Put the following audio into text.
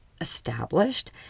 established